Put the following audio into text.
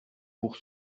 pour